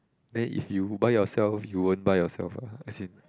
then if you buy yourself you won't buy yourself ah as in